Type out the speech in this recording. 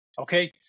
okay